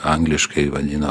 angliškai vadina